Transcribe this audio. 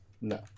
No